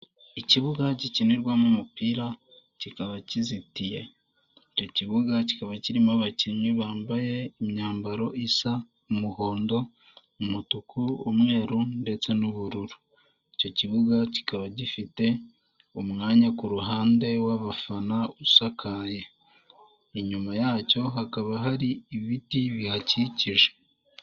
Ikibuga gikinirwamo umupira, kikaba kizitiye, icyo kibuga kikaba kirimo abakinnyi bambaye imyambaro isa umuhondo, umutuku, umweru ndetse n'ubururu. Icyo kibuga kikaba gifite umwanya ku ruhande w'abafana usakaye, inyuma yacyo hakaba hari ibiti bihakikije.